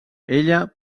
ella